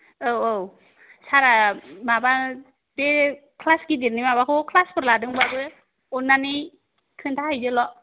औ औ सारा माबा बे क्लास गेदेरनि माबाखौ क्लासफोर लादोंबाबो अन्नानै खोन्थाहैदोल'